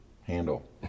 handle